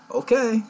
okay